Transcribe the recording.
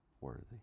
worthy